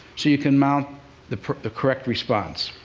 so you can mount the the correct response.